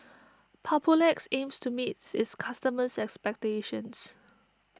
Papulex aims to meet its customers' expectations